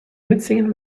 mitsingen